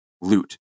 loot